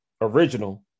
original